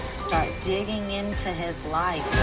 start digging into his life,